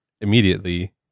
immediately